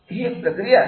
ही एक प्रक्रिया आहे